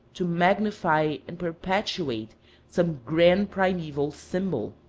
to magnify and perpetuate some grand primeval symbol.